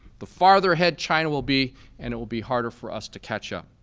the farther ahead china will be and it will be harder for us to catch up.